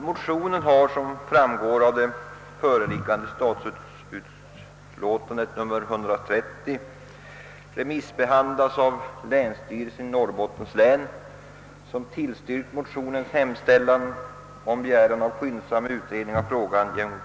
Motionen har, såsom framgår av föreliggande utlåtande nr 130 från statsutskottet, remissbehandlats av länsstyrelsen i Norrbottens län, som tillstyrkt motionens hemställan att riksdagen hos Kungl. Maj:t anhåller om skyndsam utredning av frågan.